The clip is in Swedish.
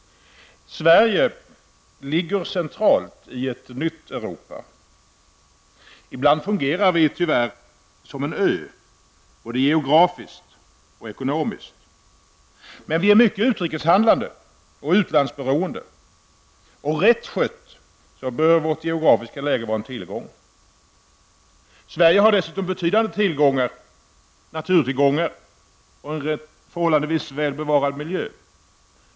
Sverige ligger centralt i ett nytt Europa. Ibland fungerar Sverige tyvärr som en ö, både geografiskt och ekonomiskt. Men vi i Sverige är mycket utrikeshandlande och utlandsberoende. Rätt skött bör vårt geografiska läge vara en tillgång. Sverige har dessutom betydande naturtillgångar och en förhållandevis väl bevarad miljö.